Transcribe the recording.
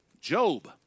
Job